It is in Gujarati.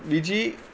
બીજી